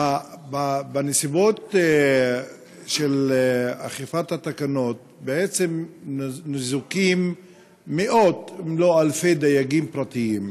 בנסיבות של אכיפת התקנות בעצם ניזוקים מאות אם לא אלפי דייגים פרטיים,